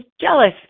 jealous